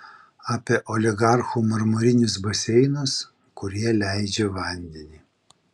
apie oligarchų marmurinius baseinus kurie leidžia vandenį